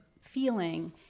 feeling